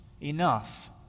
enough